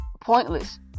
pointless